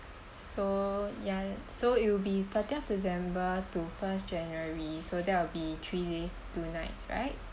so ya so it will be thirtieth december to first january so that'll be three days two nights right